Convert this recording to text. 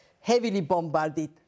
heavily-bombarded